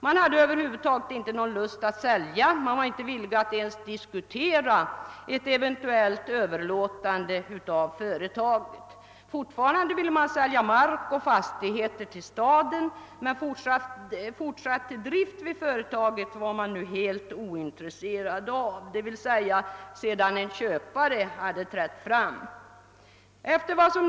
Man hade över huvud taget inte någon lust att sälja och man var inte ens villig att diskutera ett eventuellt överlåtande av företaget. Fortfarande ville man sälja mark och fastigheter till staden, men en fortsatt drift vid företaget var man nu, d.v.s. sedan en köpare trätt fram, helt ointresserad av.